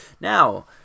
Now